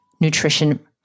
nutrition